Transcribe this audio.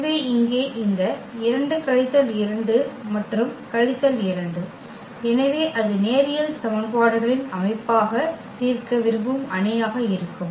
எனவே இங்கே இந்த 2 கழித்தல் 2 மற்றும் கழித்தல் 2 எனவே அது நேரியல் சமன்பாடுகளின் அமைப்பாக தீர்க்க விரும்பும் அணியாக இருக்கும்